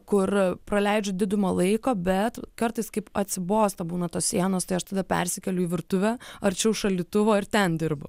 kur praleidžiu didumą laiko bet kartais kaip atsibosta būna tos sienos tai aš tada persikėliu į virtuvę arčiau šaldytuvo ir ten dirbu